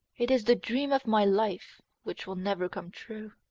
it is the dream of my life, which will never come true.